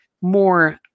more